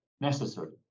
necessary